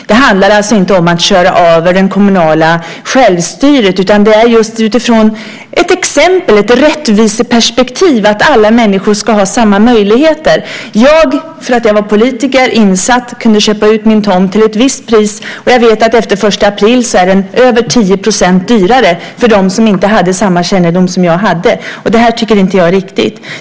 Det handlar alltså inte om att köra över det kommunala självstyret, utan det handlar om att alla människor ska ha samma möjligheter utifrån ett rättviseperspektiv. Jag kunde köpa ut min tomt till ett visst pris därför att jag var politiker och insatt i frågan. Jag vet att efter den 1 april blir det över 10 % dyrare för dem som inte hade samma kännedom som jag, och det tycker inte jag är riktigt.